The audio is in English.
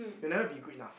it will never be good enough